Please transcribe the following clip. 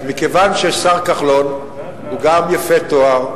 מכיוון שהשר כחלון הוא גם יפה תואר,